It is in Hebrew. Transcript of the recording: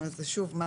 שוב,